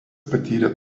patyrė